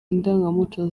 indangamuco